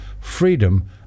freedom